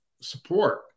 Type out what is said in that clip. support